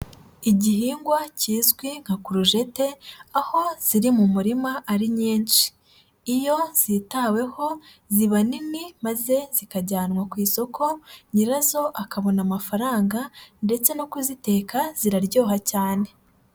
Igihingwa kizwi nka kurujete, aho ziri mu murima ari nyinshi. Iyo zitaweho ziba nini, maze zikajyanwa ku isoko nyirazo akabona amafaranga ndetse no kuziteka ziraryoha cyane.